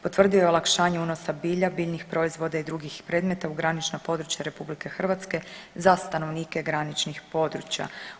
Potvrdio je olakšanje unosa bilja, biljnih proizvoda i drugih predmeta u granična područja RH za stanovnike graničnih područja.